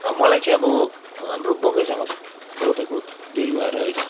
मलाई चाहिँ अब हाम्रो बगैँचामा रोपेको बिरुवाहरू होइन